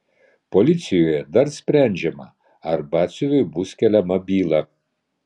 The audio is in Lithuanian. policijoje dar sprendžiama ar batsiuviui bus keliama byla